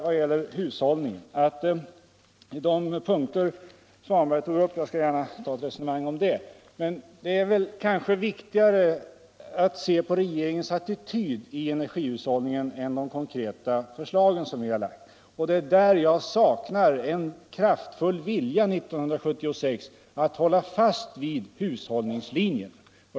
Vad gäller hushållningen skall jag gärna ta ett resonemang om de punkter som herr Svanberg tog upp, men det är kanske viktigare att se på regeringens attityd i energihushållningsfrågan än på de konkreta förslag som regeringen har lagt. Jag saknar en kraftfull vilja hos regeringen 1976 att hålla fast vid hushållningslinjen.